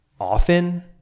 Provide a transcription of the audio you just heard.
often